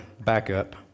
backup